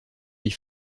huit